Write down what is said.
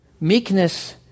Meekness